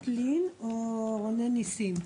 טלי קיסר,